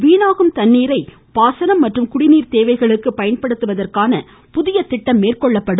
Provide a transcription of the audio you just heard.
வீணாகும் தண்ணீரை பாசனம் மற்றும் குடிநீர் தேவைகளுக்கு பயன்படுத்துவதற்கான புதிய திட்டம் மேற்கொள்ளப்படும்